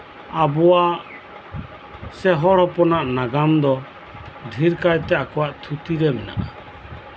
ᱟᱵᱚᱣᱟᱜ ᱥᱮ ᱦᱚᱲ ᱦᱚᱯᱚᱱᱟᱜ ᱱᱟᱜᱟᱢ ᱫᱚ ᱰᱷᱮᱨ ᱠᱟᱭᱛᱮ ᱟᱠᱚᱣᱟᱜ ᱛᱷᱩᱛᱤᱨᱮ ᱢᱮᱱᱟᱜᱼᱟ